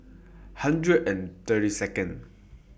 hundred and thirty Second